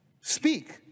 speak